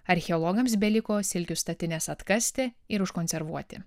archeologams beliko silkių statines atkasti ir užkonservuoti